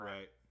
Right